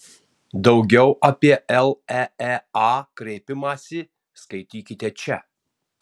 daugiau apie leea kreipimąsi skaitykite čia